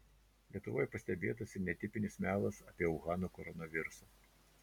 lietuvoje pastebėtas ir netipinis melas apie uhano koronavirusą